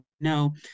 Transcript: no